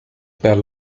per